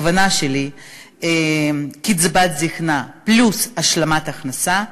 הכוונה שלי לקצבת זיקנה פלוס השלמת הכנסה,